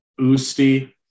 Usti